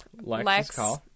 Lex